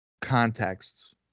context